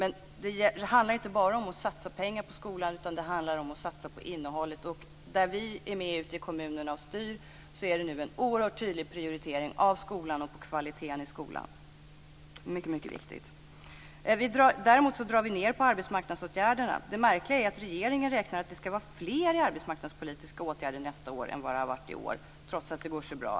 Men det handlar inte bara om att satsa pengar på skolan, utan det handlar också om att satsa på innehållet. Där vi är med ute i kommunerna och styr görs det nu en oerhört tydlig prioritering av skolan och kvaliteten i skolan. Det är mycket, mycket viktigt. Däremot drar vi ned på arbetsmarknadsåtgärderna. Det märkliga är att regeringen räknar med att det ska vara fler i arbetsmarknadspolitiska åtgärder nästa år än vad det har varit i år, trots att allting går så bra.